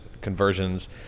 conversions